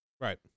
Right